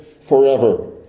forever